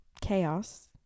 Chaos